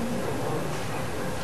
ההצעה שלא לכלול את הנושא